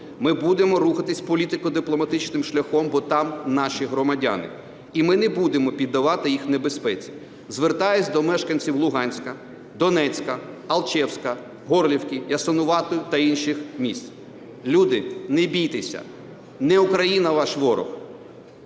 Ми будемо рухатися політико-дипломатичним шляхом, бо там наші громадяни, і ми не будемо піддавати їх небезпеці. Звертаюсь до мешканців Луганська, Донецька, Алчевська, Горлівки, Ясинуватої та інших міст. Люди, не бійтеся, не Україна ваш ворог,